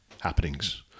happenings